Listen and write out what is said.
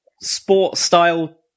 sport-style